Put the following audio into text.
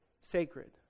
sacred